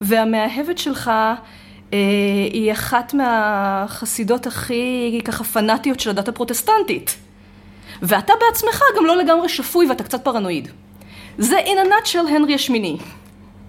‫והמאהבת שלך היא אחת מהחסידות ‫הכי ככה פנאטיות של הדת הפרוטסטנטית. ‫ואתה בעצמך גם לא לגמרי שפוי ‫ואתה קצת פרנואיד. ‫זה in a nutshell הנרי השמיני.